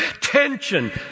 tension